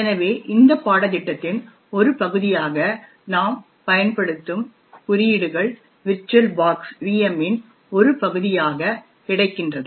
எனவே இந்த பாடத்திட்டத்தின் ஒரு பகுதியாக நாம் பயன்படுத்தும் குறியீடுகள் விர்ச்சுவல் பாக்ஸ் VM இன் ஒரு பகுதியாக கிடைக்கின்றன